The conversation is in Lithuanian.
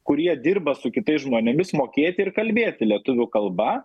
kurie dirba su kitais žmonėmis mokėti ir kalbėti lietuvių kalba